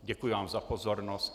Děkuji za pozornost.